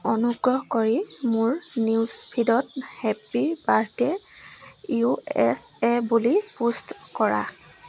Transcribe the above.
অনুগ্ৰহ কৰি মোৰ নিউজ ফিডত happy birthday U S A বুলি পোষ্ট কৰা